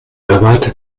erwarte